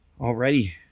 Already